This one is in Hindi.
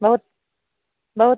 बहुत बहुत